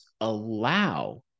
allow